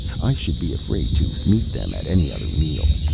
i should be afraid to meet them at any other meal.